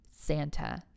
Santa